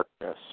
yes